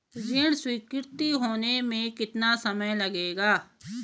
ऋण स्वीकृति होने में कितना समय लगेगा?